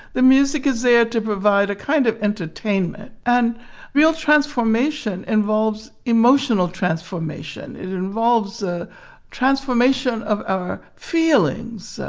the music is there to provide a kind of entertainment, and real transformation involves emotional transformation. it involves a transformation of our feelings.